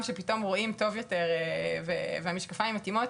שפתאום רואים טוב יותר והמשקפיים מתאימות,